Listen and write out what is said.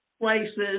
places